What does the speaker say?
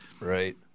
right